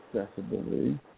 accessibility